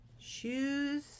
Shoes